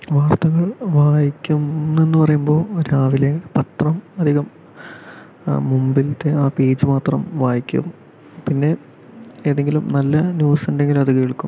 വാർത്തകൾ വായിക്കും എന്നു പറയുമ്പോൾ രാവിലെ പത്രം അധികം മുമ്പിലത്തെ ആ പേജ് മാത്രം വായിക്കും പിന്നെ ഏതെങ്കിലും നല്ല ന്യൂസ് ഉണ്ടെങ്കിൽ അതു കേൾക്കും